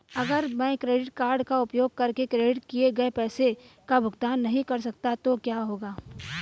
अगर मैं credit card का उपयोग करके क्रेडिट किए गए पैसे का भुगतान नहीं कर सकता तो क्या होगा?